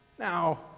Now